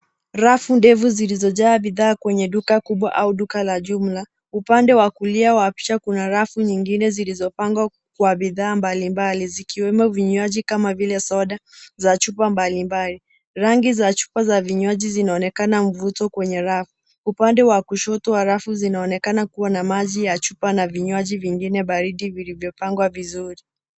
Rafu ndefu zilizojaa bidhaa kwenye duka kubwa au duka la jumla. Upande wa kulia wa picha kuna rafu nyingine zilizopangwa kwa bidhaa mbalimbali zikiwemo vinywaji kama vile soda za chupa mbalimbali. Rangi za chupa za vinywaji zinaonekana mvuto kwenye rafu. Upande wa kushoto wa rafu zinaonekana kuwa na maji ya chupa na vinywaji vingine baridi vilivyopangwa vizuri.